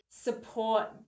support